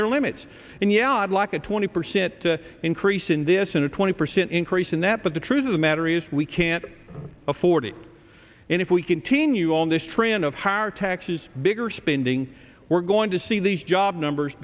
their limits and yeah i'd like a twenty percent increase in this in a twenty percent increase in that but the truth of the matter is we can't afford it and if we continue on this trend of higher taxes bigger spending we're going to see these job numbers